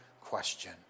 question